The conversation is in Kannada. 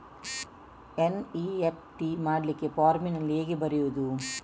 ಎನ್.ಇ.ಎಫ್.ಟಿ ಮಾಡ್ಲಿಕ್ಕೆ ಫಾರ್ಮಿನಲ್ಲಿ ಹೇಗೆ ಬರೆಯುವುದು?